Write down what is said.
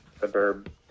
suburb